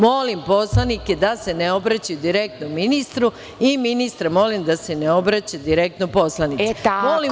Molim poslanike da se ne obraćaju direktno ministru i ministra molim da se ne obraća direktno poslanicima.